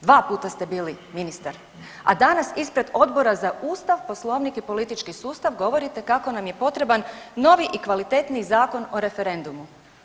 Dva puta ste bili ministar, a danas ispred Odbora za ustav, Poslovnik i politički sustav govorite kako nam je potreban novi i kvalitetniji Zakon o referendumu.